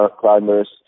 climbers